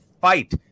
fight